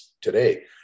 today